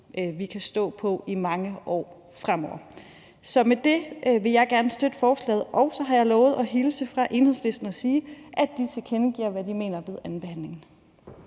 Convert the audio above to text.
vi kan stå på i mange år fremover. Så med det vil jeg sige, at jeg gerne vil støtte forslaget, og så har jeg lovet at hilse fra Enhedslisten og sige, at de tilkendegiver, hvad de mener, ved andenbehandlingen.